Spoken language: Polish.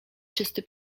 czysty